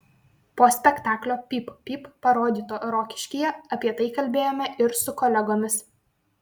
po spektaklio pyp pyp parodyto rokiškyje apie tai kalbėjome ir su kolegomis